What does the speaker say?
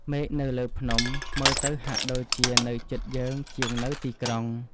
មេឃនៅលើភ្នំមើលទៅហាក់ដូចជានៅជិតយើងជាងនៅទីក្រុង។